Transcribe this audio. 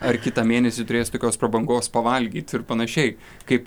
ar kitą mėnesį turėsi tokios prabangos pavalgyt ir panašiai kaip